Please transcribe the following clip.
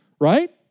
Right